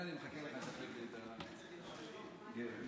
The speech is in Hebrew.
אני יודע למה שמת את אורי לפניי פשוט הוא